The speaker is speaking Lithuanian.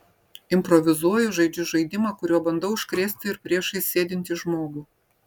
improvizuoju žaidžiu žaidimą kuriuo bandau užkrėsti ir priešais sėdintį žmogų